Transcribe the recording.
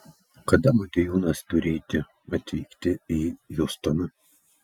kada motiejūnas turėti atvykti į hjustoną